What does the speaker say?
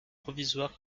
provisoire